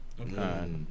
Okay